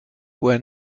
where